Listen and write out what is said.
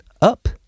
up